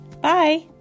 Bye